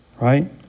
right